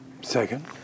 Second